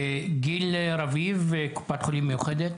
גיל רביב, קופת חולים מאוחדת.